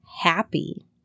happy